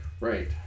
right